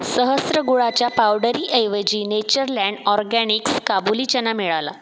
सहस्त्र गुळाच्या पावडरीऐवजी नेचरलँड ऑर्गेनिक्स काबुली चणा मिळाला